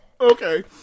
Okay